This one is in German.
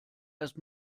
erst